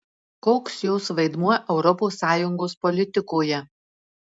koks jos vaidmuo europos sąjungos politikoje